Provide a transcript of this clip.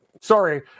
sorry